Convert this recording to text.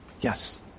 Yes